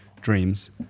dreams